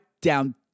down